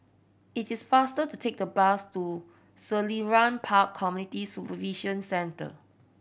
it is faster to take the bus to Selarang Park Community Supervision Centre